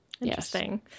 interesting